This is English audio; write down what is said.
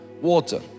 water